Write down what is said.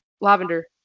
Lavender